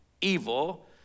evil